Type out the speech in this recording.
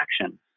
action